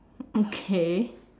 okay